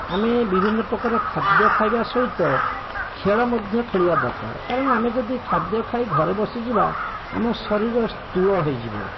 ଆମେ ବିଭିନ୍ନପ୍ରକାର ଖାଦ୍ୟ ଖାଇବା ସହିତ ଖେଳ ମଧ୍ୟ ଖେଳିବା ଦରକାର କାରଣ ଆମେ ଯଦି ଖାଦ୍ୟ ଖାଇ ଘରେ ବସିଯିବା ଆମ ଶରୀର ସ୍ଥୂଳ ହୋଇଯିବ